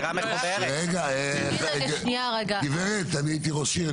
גברת אני הייתי ראש עיר,